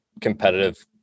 competitive